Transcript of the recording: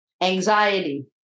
anxiety